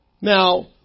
Now